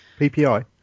PPI